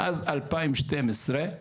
מאז 2012,